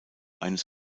eines